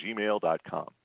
gmail.com